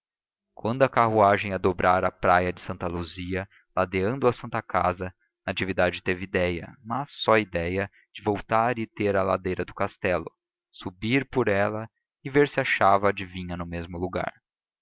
quando a carruagem ia a dobrar a praia de santa luzia ladeando a santa casa natividade teve ideia mas só ideia de voltar e ir ter à ladeira do castelo subir por ela a ver se achava a adivinha no mesmo lugar